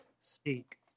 speak